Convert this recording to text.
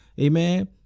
Amen